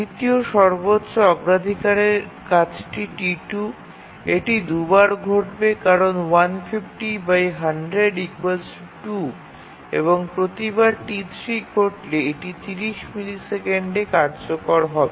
দ্বিতীয় সর্বোচ্চ অগ্রাধিকারের কাজটি T2 এটি ২ বার ঘটবে কারণ এবং প্রতিবার T3 ঘটলে এটি ৩০ মিলিসেকেন্ডে কার্যকর হবে